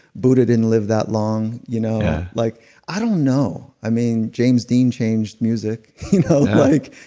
buddha didn't live that long. you know like i don't know. i mean james dean changed music. you know like,